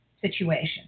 situation